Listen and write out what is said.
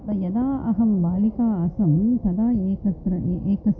यदा अहं बालिका आसन् तदा एकत्र ए एकस्मिन्